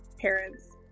parents